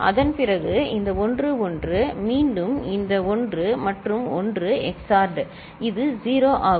அதன் பிறகு இந்த 1 மற்றும் 1 மீண்டும் இந்த 1 மற்றும் 1 XORed இது 0 ஆகும்